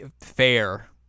Fair